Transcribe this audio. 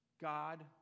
God